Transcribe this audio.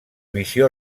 visió